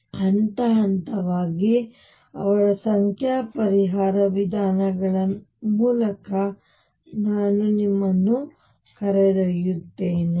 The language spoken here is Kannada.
ಆದ್ದರಿಂದ ಹಂತ ಹಂತವಾಗಿ ಅವರ ಸಂಖ್ಯಾ ಪರಿಹಾರ ವಿಧಾನಗಳ ಮೂಲಕ ನಾನು ನಿಮ್ಮನ್ನು ಕರೆದೊಯ್ಯುತ್ತೇನೆ